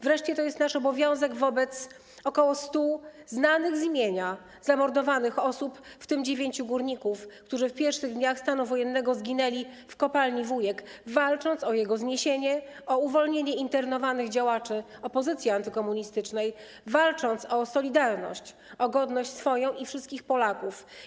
Wreszcie to jest nasz obowiązek wobec ok. 100 znanych z imienia zamordowanych osób, w tym 9 górników, którzy w pierwszych dniach stanu wojennego zginęli w kopalni Wujek, walcząc o jego zniesienie, o uwolnienie internowanych działaczy opozycji antykomunistycznej, walcząc o solidarność, o godność swoją i wszystkich Polaków.